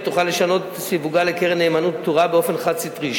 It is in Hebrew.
תוכל לשנות את סיווגה לקרן נאמנות פטורה באופן חד-סטרי.